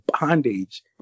bondage